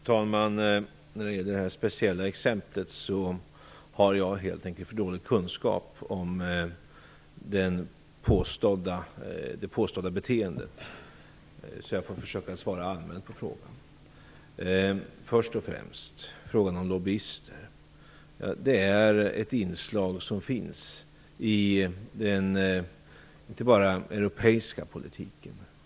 Fru talman! När det gäller det här speciella exemplet har jag helt enkelt för dålig kunskap om det påstådda beteendet. Jag får försöka att svara allmänt på frågan. Först och främst frågan om lobbyister. Ja, det är ett inslag som finns, inte bara i den europeiska politiken.